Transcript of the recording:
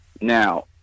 Now